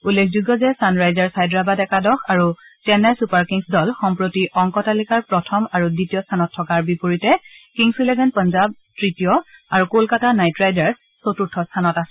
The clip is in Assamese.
উল্লেখযোগ্য যে চানৰাইজাৰ্ছ হায়দৰাবাদ একাদশ আৰু চেন্নাই ছুপাৰ কিংছ দল সম্প্ৰতি অংক তালিকাৰ প্ৰথম আৰু দ্বিতীয় স্থানত থকাৰ বিপৰীতে কিংছ ইলেভেন পঞ্জাৱ তৃতীয় আৰু কলকাতা নাইট ৰাইডাৰ্ছ চতুৰ্থ স্থানত আছে